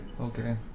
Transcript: Okay